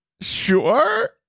sure